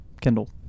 Kendall